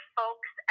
folks